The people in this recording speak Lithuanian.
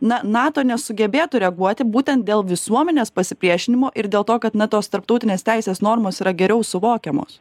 na nato nesugebėtų reaguoti būtent dėl visuomenės pasipriešinimo ir dėl to kad na tos tarptautinės teisės normos yra geriau suvokiamos